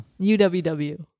uww